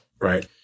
Right